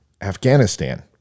Afghanistan